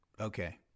Okay